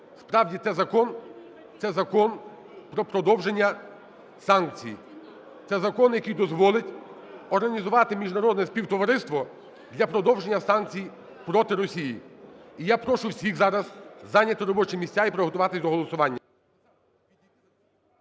закон… це закон про продовження санкцій, це закон, який дозволить організувати міжнародне співтовариство для продовження санкцій проти Росії. І я прошу всіх зараз зайняти робочі місця і приготуватися до голосування.